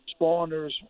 spawners